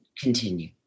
continue